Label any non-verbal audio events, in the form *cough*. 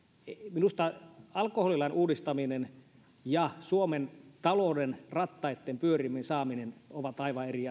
minusta alkoholilain uudistaminen ja suomen talouden rattaitten pyörimään saaminen ovat aivan eri *unintelligible*